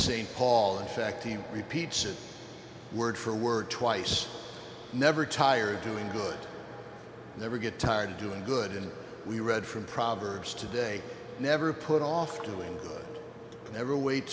st paul in fact he repeats it word for word twice never tired doing good never get tired of doing good and we read from proverbs today never put off doing good never wait